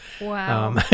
Wow